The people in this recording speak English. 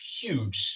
huge –